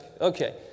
Okay